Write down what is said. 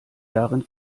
darin